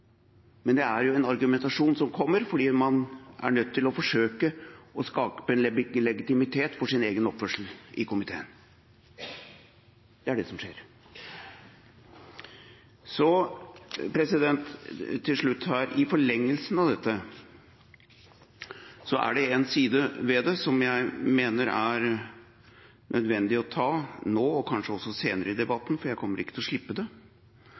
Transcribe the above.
Men det er en argumentasjon som kommer fordi man er nødt til å forsøke å skape legitimitet for sin egen oppførsel i komiteen. Det er det som skjer. Så til slutt: I forlengelsen av dette er det en side ved det som jeg mener er nødvendig å ta nå og kanskje også senere i debatten, for jeg kommer ikke til å slippe det,